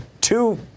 two